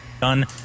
done